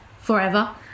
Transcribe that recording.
forever